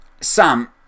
Sam